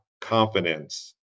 confidence